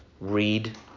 read